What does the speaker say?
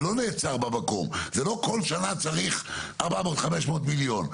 לא כל שנה צריך 400-500 מיליון.